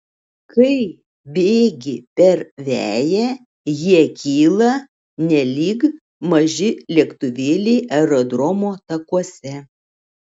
kai bėgi per veją jie kyla nelyg maži lėktuvėliai aerodromo takuose